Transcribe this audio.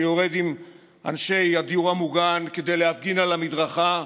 שיורד עם אנשי הדיור המוגן כדי להפגין על המדרכה,